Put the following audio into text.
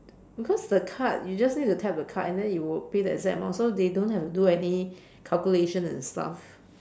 because the card you just need to tap the card and then you will pay the exact amount so they don't have to do any calculation and stuff